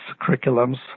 curriculums